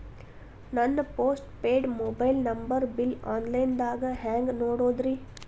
ನನ್ನ postpaid mobile number bill, online ದಾಗ ಹ್ಯಾಂಗ್ ನೋಡೋದ್ರಿ?